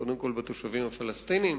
קודם כול בתושבים הפלסטיניים